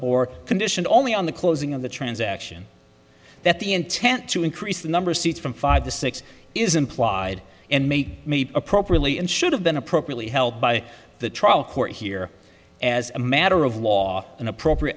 board conditioned only on the closing of the transaction that the intent to increase the number of seats from five to six is implied and made me appropriately and should have been appropriately held by the trial court here as a matter of law an appropriate